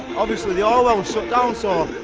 obviously the orwell was shut down so,